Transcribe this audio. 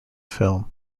film